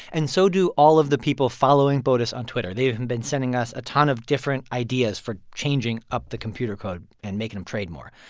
and so do all of the people following botus on twitter. they've been sending us a ton of different ideas for changing up the computer code and making them trade more.